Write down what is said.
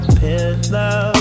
pillow